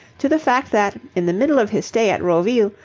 to the fact that, in the middle of his stay at roville,